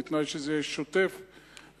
בתנאי שזה יהיה שוטף ורצוף.